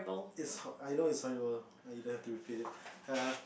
is I know is horrible like you don't have to repeat it err